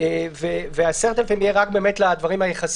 כי הם עדיין לא ניתנים לילדים ולכן לא נוכל להגיע לחסינות